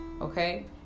Okay